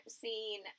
seen